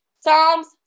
Psalms